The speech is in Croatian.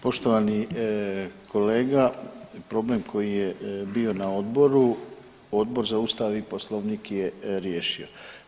Poštovani kolega problem koji je bio na odboru, Odbor za Ustav i Poslovnik je riješio.